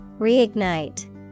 Reignite